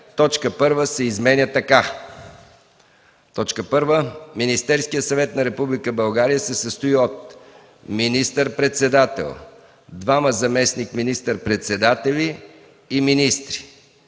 точка първа се изменя така: „1. Министерският съвет на Република България се състои от: министър-председател, двама заместник министър-председатели и министри.